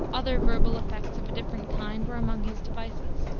other verbal effects of a different kind were among his devices,